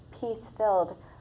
peace-filled